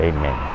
Amen